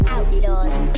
Outlaws